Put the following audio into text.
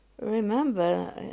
remember